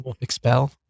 expel